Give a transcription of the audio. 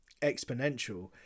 exponential